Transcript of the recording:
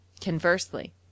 Conversely